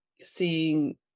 seeing